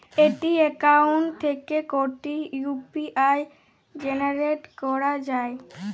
একটি অ্যাকাউন্ট থেকে কটি ইউ.পি.আই জেনারেট করা যায়?